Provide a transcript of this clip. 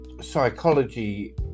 psychology